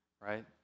right